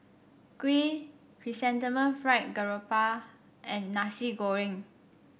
kuih Chrysanthemum Fried Garoupa and Nasi Goreng